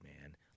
man